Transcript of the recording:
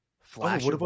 Flash